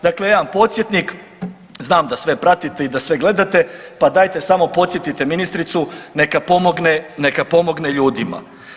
Dakle jedan podsjetnik, znam da sve pratite i da sve gledate, pa dajte samo podsjetite ministricu neka pomogne ljudima.